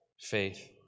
faith